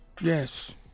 Yes